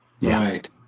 Right